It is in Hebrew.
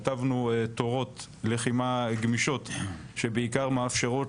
כתבנו תורות לחימה גמישות שבעיקר מאפשרות